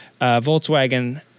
Volkswagen